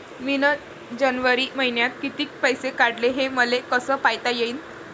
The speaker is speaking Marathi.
मिन जनवरी मईन्यात कितीक पैसे काढले, हे मले कस पायता येईन?